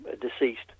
deceased